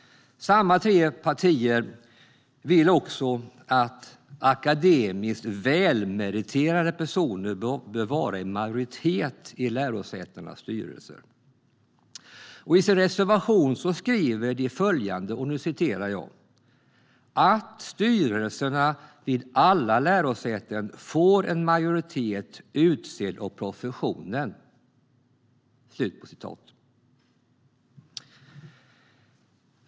Samma tre partier anser också att akademiskt välmeriterade personer bör vara i majoritet i lärosätenas styrelser. I sin reservation skriver de att de anser att det bör säkerställas "att styrelserna vid alla lärosäten får en majoritet utsedd av professionen".